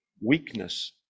weakness